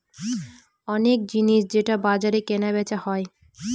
অনেক জিনিস যেটা বাজারে কেনা বেচা হয়